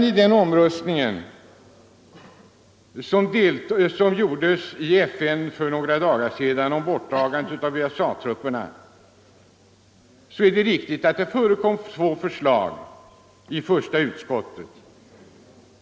I den omröstning som gjordes i FN för några dagar sedan om bortdragandet av USA-trupperna förekom två förslag i första utskottet — det är riktigt.